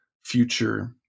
future